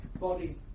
body